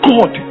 God